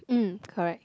mm correct